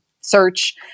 search